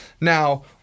Now